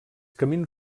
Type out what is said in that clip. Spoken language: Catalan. camins